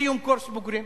בסיום טקס בוגרים.